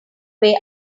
way